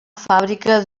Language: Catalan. fàbrica